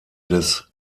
des